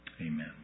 Amen